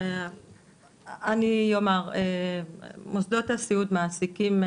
אני יאמר, מוסדות הסיעוד מעסיקים,